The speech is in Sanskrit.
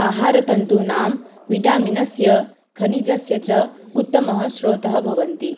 आहारतन्तूनां विटमिनस्य खनिजस्य च उत्तमं स्रोतः भवति